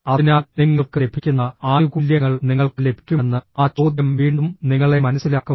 അതിനാൽ നിങ്ങൾക്ക് ലഭിക്കുന്ന ആനുകൂല്യങ്ങൾ നിങ്ങൾക്ക് ലഭിക്കുമെന്ന് ആ ചോദ്യം വീണ്ടും നിങ്ങളെ മനസ്സിലാക്കും